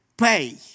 Pay